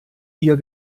ihr